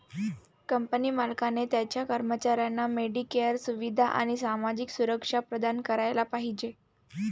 company मालकाने त्याच्या कर्मचाऱ्यांना मेडिकेअर सुविधा आणि सामाजिक सुरक्षा प्रदान करायला पाहिजे